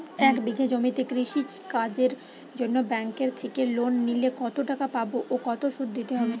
এক বিঘে জমিতে কৃষি কাজের জন্য ব্যাঙ্কের থেকে লোন নিলে কত টাকা পাবো ও কত শুধু দিতে হবে?